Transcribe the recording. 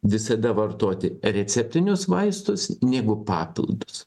visada vartoti receptinius vaistus negu papildus